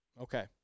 Okay